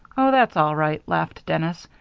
oh, that's all right, laughed dennis.